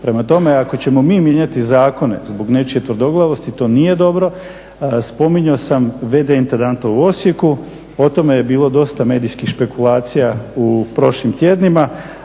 Prema tome, ako ćemo mi mijenjati zakone zbog nečije tvrdoglavosti, to nije dobro. Spominjao sam v.d. intendanta u Osijeku, o tome je bilo dosta medijskih špekulacija u prošlim tjednima,